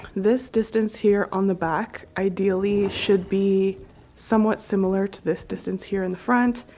this distance here on the back ideally should be somewhat similar to this distance here in the front.